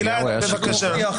ובאיזון מכלול השיקולים.